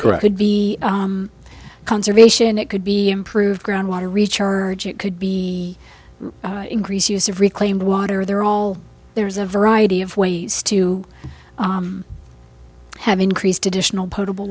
would be conservation it could be improved groundwater recharge it could be increased use of reclaimed water they're all there's a variety of ways to have increased additional potable